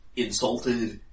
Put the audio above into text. insulted